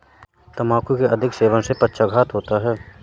तंबाकू के अधिक सेवन से पक्षाघात होता है